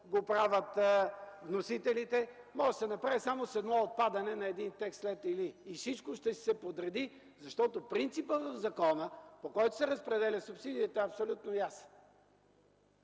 го правят вносителите; може да се направи само с едно отпадане на един текст след „или”, и всичко ще си се подреди. Принципът в закона, по който се разпределя субсидията, е абсолютно ясен.